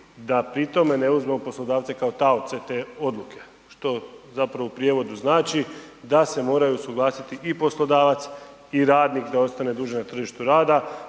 da pri tome ne uzmu poslodavce kao taoce te odluke. Što zapravo u prijevodu znači da se moraju usuglasiti i poslodavac i radnika da ostane duže na tržištu rada.